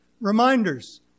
reminders